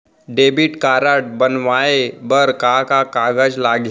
Debit card बनवाये बर का का कागज लागही?